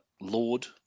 Lord